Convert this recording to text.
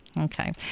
Okay